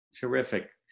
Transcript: Terrific